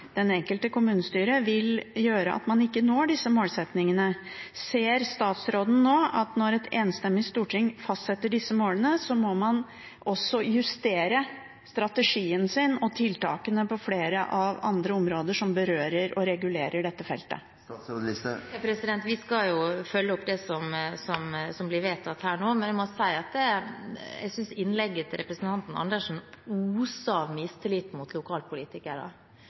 enkelte kommunestyre, vil gjøre at man ikke når disse målsettingene. Ser statsråden at når et enstemmig storting nå fastsetter disse målene, må man også justere strategien sin og tiltakene på flere andre områder som berører og regulerer dette feltet? Vi skal følge opp det som blir vedtatt her nå, men jeg må si at jeg synes innlegget til representanten Andersen oser av mistillit mot